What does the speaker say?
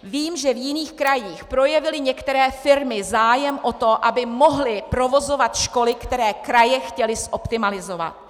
Vím, že v jiných krajích projevily některé firmy zájem o to, aby mohly provozovat školy, které kraje chtěly zoptimalizovat.